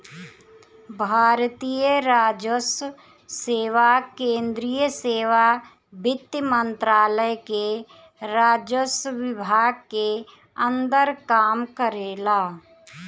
भारतीय राजस्व सेवा केंद्रीय सेवा वित्त मंत्रालय के राजस्व विभाग के अंदर काम करेला